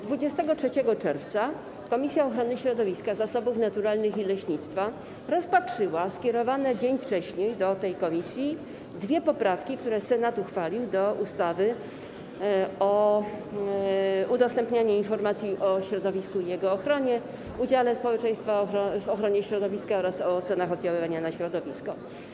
23 czerwca Komisja Ochrony Środowiska, Zasobów Naturalnych i Leśnictwa rozpatrzyła skierowane dzień wcześniej do tej komisji dwie poprawki, które Senat uchwalił do ustawy o zmianie ustawy o udostępnianiu informacji o środowisku i jego ochronie, udziale społeczeństwa w ochronie środowiska oraz o ocenach oddziaływania na środowisko.